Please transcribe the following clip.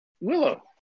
Willow